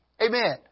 Amen